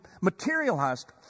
materialized